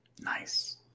Nice